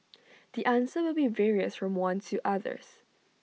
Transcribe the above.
the answer will be various from one to others